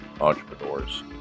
entrepreneurs